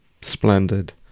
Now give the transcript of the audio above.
splendid